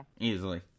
Easily